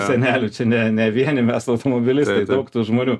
senelių čia ne ne vieni mes automobilistai daug žmonių